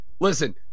Listen